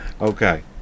Okay